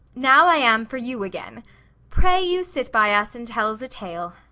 now i am for you again pray you sit by us, and tell s a tale.